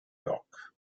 york